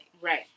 right